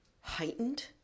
heightened